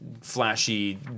flashy